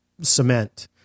cement